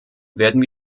werden